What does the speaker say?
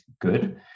good